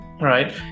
right